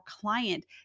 client